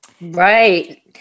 Right